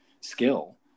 skill